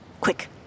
Quick